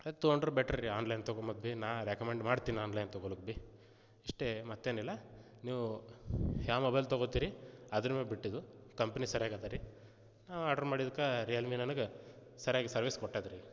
ಆಯ್ತು ತೊಗೊಂಡ್ರೆ ಬೆಟ್ರ್ ರೀ ಆನ್ ಲೈನ್ ತೊಗೋಮತ್ತೆ ಭೀ ನಾ ರೆಕಮಂಡ್ ಮಾಡ್ತೀನಿ ಆನ್ ಲೈನ್ ತೊಗೊಳೋಕ್ಕೆ ಭೀ ಇಷ್ಟೇ ಮತ್ತೇನಿಲ್ಲ ನೀವು ಯಾವ ಮೊಬೈಲ್ ತೊಗೋತೀರಿ ಅದರಮ್ಯಾಲ ಬಿಟ್ಟಿದ್ದು ಕಂಪ್ನಿ ಸರಿಯಾಗಿ ಇದೆ ರೀ ನಾ ಆರ್ಡ್ರ್ ಮಾಡಿದ್ದಕ್ಕೆ ರಿಯಲ್ ಮಿ ನನಗೆ ಸರಿಯಾಗಿ ಸರ್ವಿಸ್ ಕೊಟ್ಟಿದೆ ರೀ